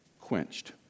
Quenched